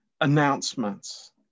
announcements